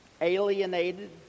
alienated